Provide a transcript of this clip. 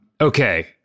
Okay